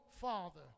father